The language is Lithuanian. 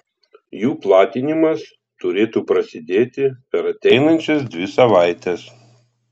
jų platinimas turėtų prasidėti per ateinančias dvi savaites